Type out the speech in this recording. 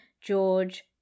George